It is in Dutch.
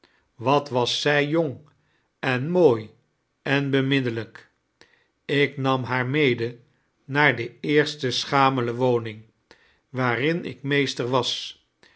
wat was zij jong en mooi en beminineiijk ik nam haar mede naar de eerste schamele woning waarin ik meesiter was